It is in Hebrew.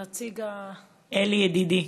אלי, ידידי,